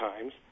Times